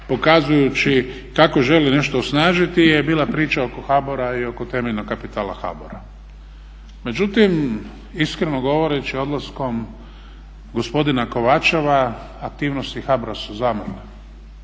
pokazujući kako želi nešto osnažiti je bila priča oko HBOR-a i oko temeljnog kapitala HBOR-a. Međutim, iskreno govoreći odlaskom gospodina Kovačeva aktivnosti HBOR-a su zamrle.